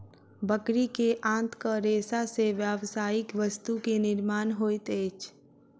बकरी के आंतक रेशा से व्यावसायिक वस्तु के निर्माण होइत अछि